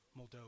Moldova